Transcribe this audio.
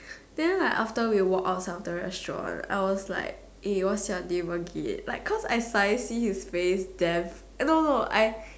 then like after we walk outside of the restaurant I was like eh what's your name again like cause I suddenly see his face damn eh no no I